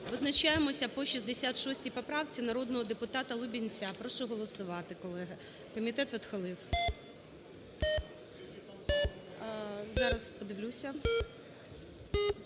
Визначаємося по 66 поправці народного депутатаЛубінця. Прошу голосувати, колеги. Комітет відхилив. (Шум у залі) Зараз подивлюся.